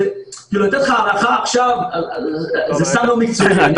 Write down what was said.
אם אני אתן לך הערכה עכשיו זה קצת לא מקצועי בעיני.